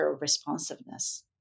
responsiveness